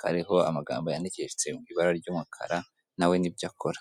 kariho amagambo yandikitse mu ibara ry'umukara nawe nibyo akora.